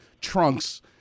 trunks